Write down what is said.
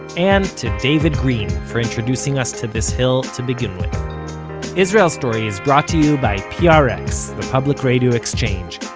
and to david green, for introducing us to this hill to begin with israel story is brought to you by yeah ah prx the public radio exchange,